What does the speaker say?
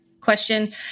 question